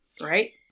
Right